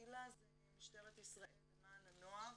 מיל"ה זה משטרת ישראל למען הנוער,